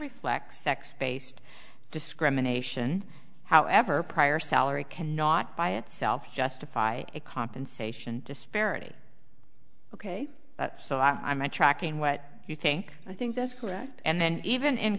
reflects sex based discrimination however prior salary cannot by itself justify a compensation disparity ok so i'm tracking what you think i think that's correct and then even in